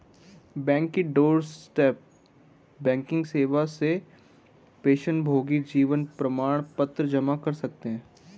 bank की doorstep banking सेवा से पेंशनभोगी जीवन प्रमाण पत्र जमा कर सकते हैं